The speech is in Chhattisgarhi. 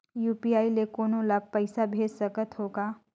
यू.पी.आई ले कोनो ला पइसा भेज सकत हों का?